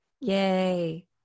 Yay